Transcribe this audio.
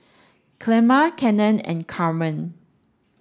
Clemma Cannon and Carmen